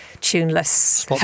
tuneless